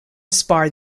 spar